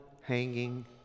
hanging